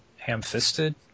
Ham-fisted